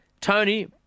Tony